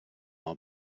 are